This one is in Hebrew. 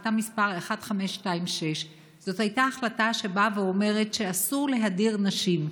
החלטה מס' 1526. זאת הייתה החלטה שבאה ואומרת שאסור להדיר נשים.